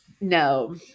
No